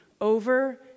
over